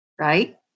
right